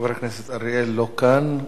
חבר הכנסת אריאל, לא כאן.